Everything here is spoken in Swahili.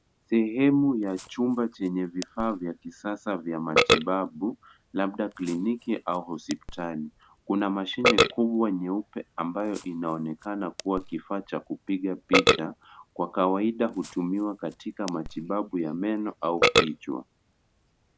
Sehemu ya chumba chenye vifaa vya kisasa vya matibabu, labda kliniki au hospitali. Kuna mashine kubwa nyeupe ambayo inaonekana kuwa kifaa cha kupiga picha ,kwa kawaida hutumiwa katika matibabu ya meno au kichwa.